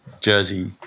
jersey